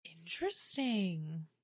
Interesting